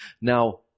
Now